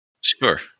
Sure